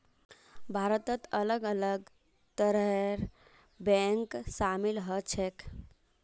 भारतत अलग अलग तरहर बैंक शामिल ह छेक